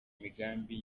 imigambi